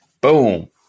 Boom